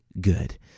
good